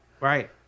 Right